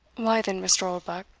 why then, mr. oldbuck,